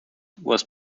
was